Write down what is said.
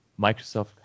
Microsoft